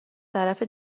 طرف